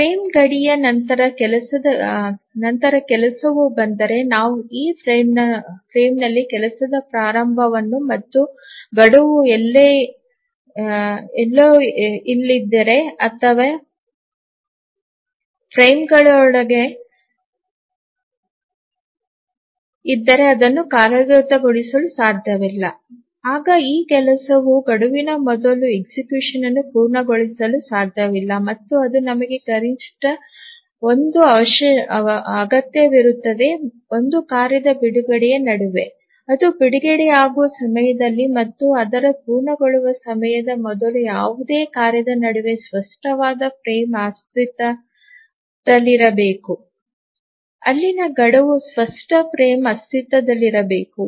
frame ಗಡಿಯ ನಂತರ ಕೆಲಸವು ಬಂದರೆ ನಾವು ಈ ಫ್ರೇಮ್ನಲ್ಲಿ ಕೆಲಸದ ಪ್ರಾರಂಭವನ್ನು ಮತ್ತು ಗಡುವು ಎಲ್ಲೋ ಇಲ್ಲಿದ್ದರೆ ಅಥವಾ ಈ ಫ್ರೇಮ್ನೊಳಗೆ ಇದ್ದರೆ ಅದನ್ನು ಕಾರ್ಯಗತಗೊಳಿಸಲು ಸಾಧ್ಯವಿಲ್ಲ ಆಗ ಆ ಕೆಲಸವು ಗಡುವಿನ ಮೊದಲು executionಯನ್ನು ಪೂರ್ಣಗೊಳಿಸಲು ಸಾಧ್ಯವಿಲ್ಲ ಮತ್ತು ಅದು ನಮಗೆ ಕನಿಷ್ಠ ಒಂದು ಅಗತ್ಯವಿರುತ್ತದೆ ಒಂದು ಕಾರ್ಯದ ಬಿಡುಗಡೆಯ ನಡುವೆ ಅದು ಬಿಡುಗಡೆಯಾಗುವ ಸಮಯದಲ್ಲಿ ಮತ್ತು ಅದರ ಪೂರ್ಣಗೊಳ್ಳುವ ಸಮಯದ ಮೊದಲು ಯಾವುದೇ ಕಾರ್ಯದ ನಡುವೆ ಸ್ಪಷ್ಟವಾದ ಫ್ರೇಮ್ ಅಸ್ತಿತ್ವದಲ್ಲಿರಬೇಕು ಅಲ್ಲಿನ ಗಡುವು ಸ್ಪಷ್ಟ ಫ್ರೇಮ್ ಅಸ್ತಿತ್ವದಲ್ಲಿರಬೇಕು